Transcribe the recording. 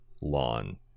lawn